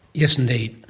yes indeed.